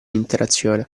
interazione